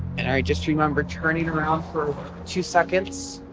and i just remember turning around for two seconds,